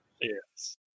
Yes